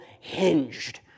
hinged